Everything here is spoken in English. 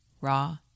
raw